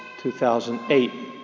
2008